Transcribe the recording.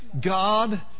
God